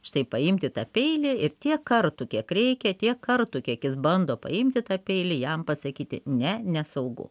štai paimti tą peilį ir tiek kartų kiek reikia tiek kartų kiek jis bando paimti tą peilį jam pasakyti ne nesaugu